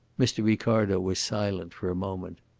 mr. ricardo was silent for a moment.